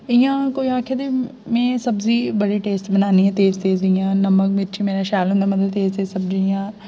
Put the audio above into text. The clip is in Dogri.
इ'यां कोई आखै ते में सब्जी बड़ी टेस्ट बनानी आं तेज तेज जि'यां नमक मिर्ची मेरा शैल होंदा मतलब तेज तेज सब्जी इ'यां